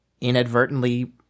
inadvertently